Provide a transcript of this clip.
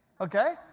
okay